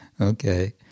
Okay